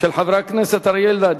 חברי הכנסת אריה אלדד,